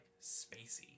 spacey